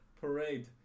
parade